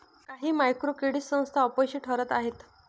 काही micro credit संस्था अपयशी ठरत आहेत